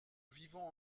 vivons